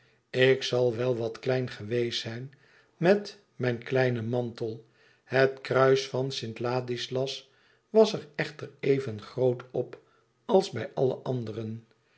ik zal wel wat klein geweest zijn met mijn kleinen mantel het kruis van st ladislas was er echter e ids aargang even groot op als bij alle anderen